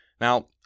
Now